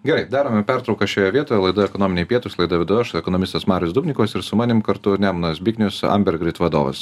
gerai darome pertrauką šioje vietoje laida ekonominiai pietūs laidą vedu aš ekonomistas marius dubnikovas ir su manim kartu ir nemunas biknius ambergrit vadovas